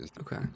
Okay